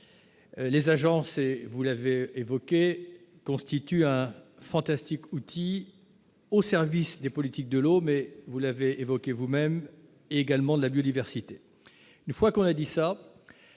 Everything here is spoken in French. les agences, et vous l'avez évoqué constitue un fantastique outil au service des politiques de l'eau, mais vous l'avez évoqué vous-même également de la biodiversité, une fois qu'on a dit ça,